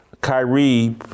Kyrie